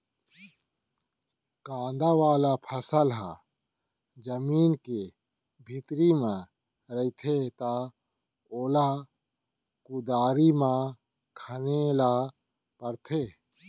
कांदा वाला फसल ह जमीन के भीतरी म रहिथे त ओला कुदारी म खने ल परथे